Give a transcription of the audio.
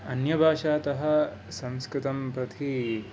अन्यभाषातः संस्कृतं प्रति